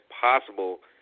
possible